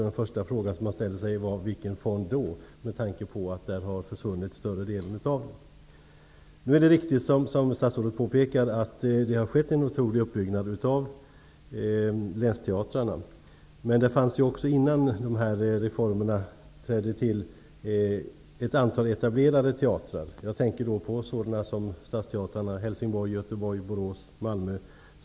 Den första fråga som man då ställer sig är: Vilken fond? Detta med tanke på att större delen av den har försvunnit. Det är riktigt som statsrådet påpekar att det har skett en otrolig uppbyggnad av länsteatrarna. Men även innan dessa reformer trädde till fanns det ett antal etablerade teatrar. Jag tänker då på stadsteatrarna i Helsingborg, Göteborg, Borås och Malmö.